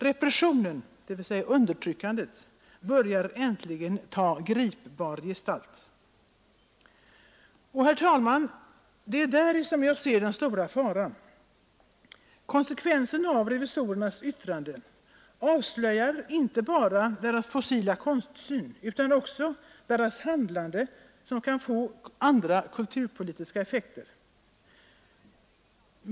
Repressionen börjar äntligen ta gripbar gestalt.” Herr talman! Det är däri som jag ser den stora faran. Revisorernas yttrande avslöjar inte bara deras fossila konstsyn, utan deras handlande kan få andra kulturpolitiska effekter.